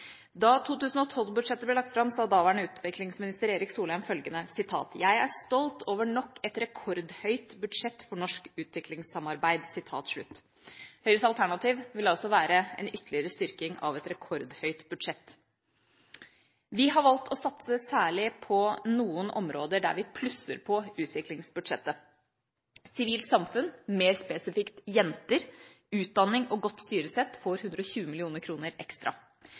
Da 2012-budsjettet ble lagt fram, sa daværende utviklingsminister Erik Solheim følgende: «Jeg er stolt over nok et rekordhøyt budsjett for norsk utviklingssamarbeid.» Høyres alternativ vil altså være en ytterligere styrking av et rekordhøyt budsjett. Vi har valgt å satse særlig på noen områder der vi plusser på utviklingsbudsjettet: sivilt samfunn, mer spesifikt jenter, utdanning og godt styresett får 120 mill. kr ekstra.